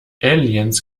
aliens